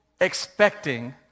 expecting